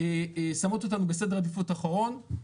שמות אותנו בסדר עדיפות אחרון.